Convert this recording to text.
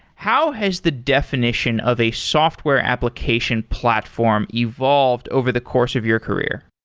how has the definition of a software application platform evolved over the course of your career?